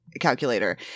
calculator